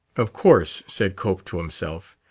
of course, said cope to himself.